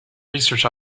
research